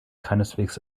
keineswegs